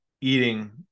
eating